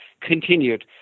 continued